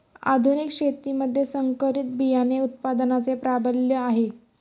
आधुनिक शेतीमध्ये संकरित बियाणे उत्पादनाचे प्राबल्य आहे